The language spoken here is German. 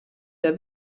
der